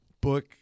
book